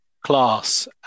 class